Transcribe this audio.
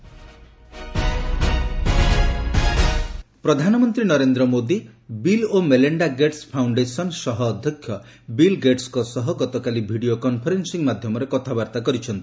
PM Bill Gates ପ୍ରଧାନମନ୍ତ୍ରୀ Narendra Modi Bill ଓ Melinda Gates foundation ସହ ଅଧ୍ୟକ୍ଷ ବିଲ୍ଗେଟ୍ସଙ୍କ ସହିତ ଗତକାଲି ଭିଡ଼ିଓ କନ୍ଫରେନ୍ ି ମାଧ୍ୟମରେ କଥାବାର୍ତ୍ତା କରିଛନ୍ତି